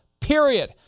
period